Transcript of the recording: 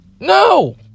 No